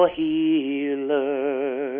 healer